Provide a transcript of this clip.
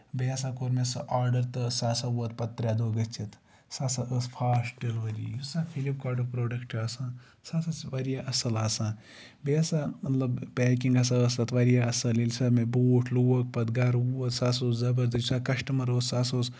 بیٚیہِ ہسا کوٚر مےٚ سُہ آڈر تہٕ سُہ ہسا ووت پَتہٕ ترے دۄہ گٔژھِتھ سُہ ہسا ٲس فاسٹ ڈیلؤری یُس ہسا فِلِپکاٹُک پروڈَکٹ چھُ آسان سُہ ہسا چھُ واریاہ اَصٕل آسان بیٚیہِ ہسا مطلب پیکِنگ ہسا ٲس تَتھ واریاہ اَصٕل ییٚلہِ سۄ مےٚ بوٗٹھ لوٚگ پَتہٕ گرٕ ووت سُہ سا اوس زَبردست یُس ہسا کَسٹمر اوس سُہ ہسا اوس